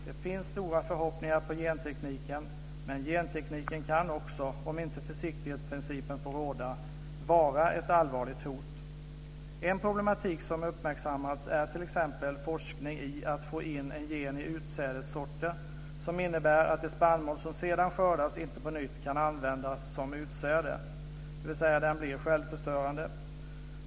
Det finns stora förhoppningar på gentekniken, men gentekniken kan också, om inte försiktighetsprincipen får råda, vara ett allvarligt hot. En problematik som uppmärksammats är t.ex. forskning i att få in en gen i utsädessorter som innebär att det spannmål som sedan skördas inte på nytt kan användas som utsäde, dvs. den blir självförstörande.